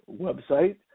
website